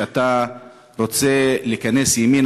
כשאתה רוצה להיכנס ימינה,